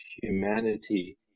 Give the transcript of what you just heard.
humanity